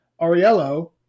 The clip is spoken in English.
Ariello